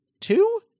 Two